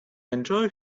enjoy